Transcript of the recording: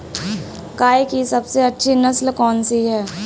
गाय की सबसे अच्छी नस्ल कौनसी है?